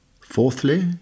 Fourthly